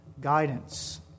guidance